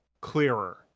clearer